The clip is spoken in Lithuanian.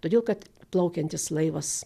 todėl kad plaukiantis laivas